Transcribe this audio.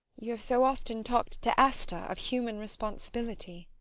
you have so often talked to asta of human responsibility